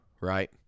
right